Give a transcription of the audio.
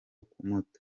kumuta